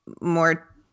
more